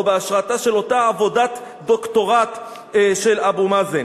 או בהשראתה של אותה עבודת דוקטורט של אבו מאזן: